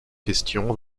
question